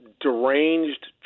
deranged